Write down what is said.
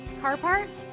car parts?